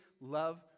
love